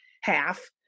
half